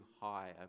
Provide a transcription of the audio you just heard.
high